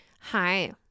Hi